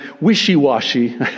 wishy-washy